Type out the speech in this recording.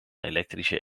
elektrische